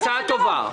הצעה טובה.